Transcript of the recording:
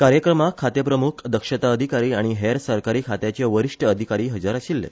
कार्यक्रमाक खाते प्रमुख दक्षता अधिकारी आनी हेर सरकारी खात्याचे वरिश्ट अधिकारी हजर आशिल्ले